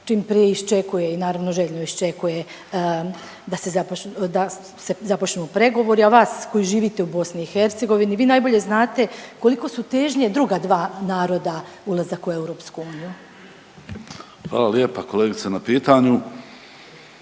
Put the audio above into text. čim prije iščekuje i naravno željno iščekuje da se započnu, da se započnu pregovori, a vas koji živite u BiH vi najbolje znate koliko su težnje druga dva naroda ulazak u EU. **Barbarić, Nevenko